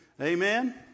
Amen